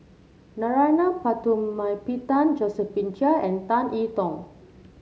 Narana Putumaippittan Josephine Chia and Tan I Tong